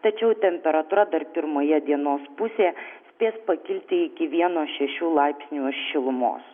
tačiau temperatūra dar pirmoje dienos pusėje spės pakilti iki vieno šešių laipsnių šilumos